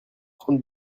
trente